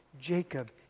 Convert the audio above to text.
Jacob